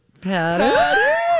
Patty